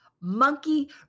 monkey